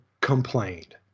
complained